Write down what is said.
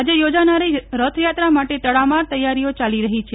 આજે યોજાનારી રથયાત્રા માટે તડામાર તૈયારીઓ ચાલી રહી છે